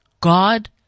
God